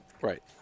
Right